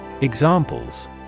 Examples